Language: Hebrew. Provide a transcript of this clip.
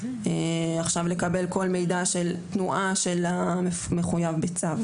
עכשיו לקבל כל מידע של תנועה של המחויב בצו.